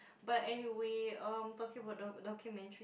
but anyway um talking about the documentary